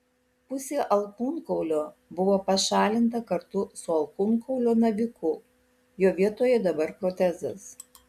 pusė alkūnkaulio buvo pašalinta kartu su alkūnkaulio naviku jo vietoje dabar protezas